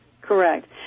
Correct